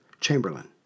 Chamberlain